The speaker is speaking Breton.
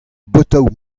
botoù